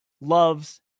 loves